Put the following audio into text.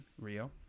Rio